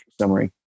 summary